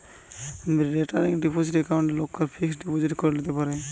recurring deposit একাউন্টকে লোকরা fixed deposit করে লিতে পারে